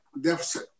deficit